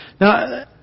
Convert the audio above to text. Now